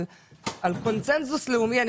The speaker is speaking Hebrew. יש קונצנזוס לאומי בארץ,